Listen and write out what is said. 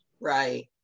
Right